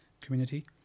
community